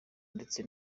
ndetse